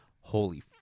holy